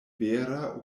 vera